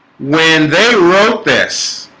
when they wrote this